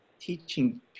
teaching